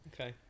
Okay